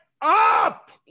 up